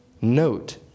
note